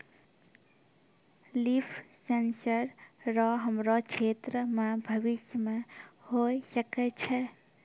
लिफ sensor रो हमरो क्षेत्र मे भविष्य मे होय सकै छै